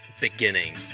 beginning